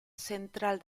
central